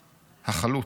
החלוץ.